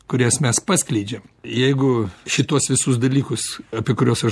kurias mes paskleidžiam jeigu šituos visus dalykus apie kuriuos aš